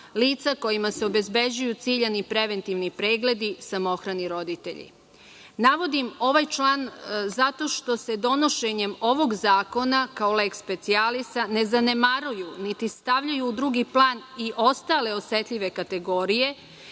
lica kojima se obezbeđuju ciljani preventivni pregledi, samohrani roditelji. Navodim ovaj član zato što se donošenjem ovog zakona kao leks specijalisa ne zanemaruju niti stavljaju u drugi plan i ostale osetljive kategorije,